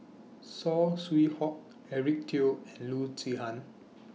Saw Swee Hock Eric Teo and Loo Zihan